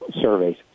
surveys